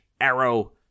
Arrow